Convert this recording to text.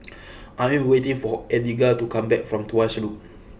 I am waiting for Eliga to come back from Tuas Loop